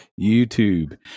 YouTube